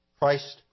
Christ